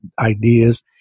ideas